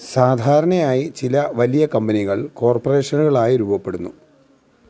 സാധാരണയായി ചില വലിയ കമ്പനികൾ കോർപ്പറേഷനുകളായി രൂപപ്പെടുന്നു